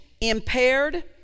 impaired